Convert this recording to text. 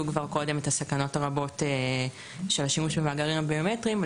כבר קודם את הסכנות הרבות של השימוש במאגרים הביומטריים.